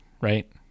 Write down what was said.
right